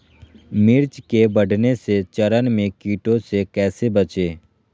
मिर्च के बढ़ने के चरण में कीटों से कैसे बचये?